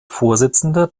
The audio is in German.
vorsitzender